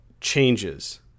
changes